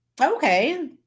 Okay